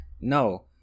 No